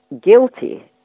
guilty